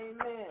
Amen